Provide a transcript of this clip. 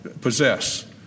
possess